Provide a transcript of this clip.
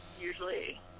usually